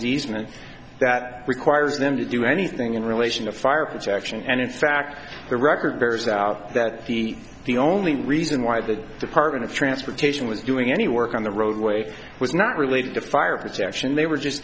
easement that requires them to do anything in relation to fire protection and in fact the record bears out that the the only reason why the department of transportation was doing any work on the roadway was not related to fire protection they were just